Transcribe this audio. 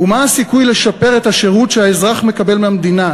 ומה הסיכוי לשפר את השירות שהאזרח מקבל מהמדינה?